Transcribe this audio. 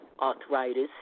arthritis